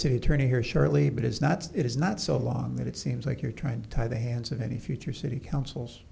city attorney here shortly but it's not it is not so long that it seems like you're trying to tie the hands of any future city councils